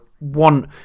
want